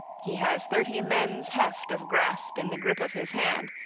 he has thirty men's heft of grasp in the gripe of his hand,